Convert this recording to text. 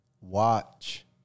watch